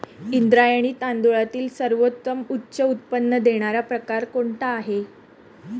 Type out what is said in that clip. इंद्रायणी तांदळातील सर्वोत्तम उच्च उत्पन्न देणारा प्रकार कोणता आहे?